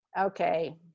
Okay